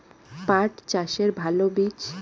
পাঠ চাষের ভালো বীজ?